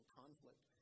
conflict